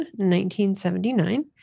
1979